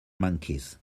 monkeys